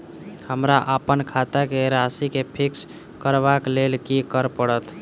हमरा अप्पन खाता केँ राशि कऽ फिक्स करबाक लेल की करऽ पड़त?